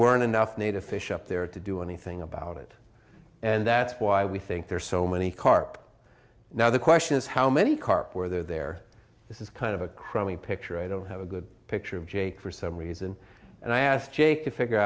weren't enough native fish up there to do anything about it and that's why we think there are so many carp now the question is how many carp were there this is kind of a crummy picture i don't have a good picture of jake for some reason and i asked jake to figure